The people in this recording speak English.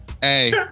hey